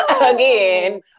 again